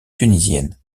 tunisiennes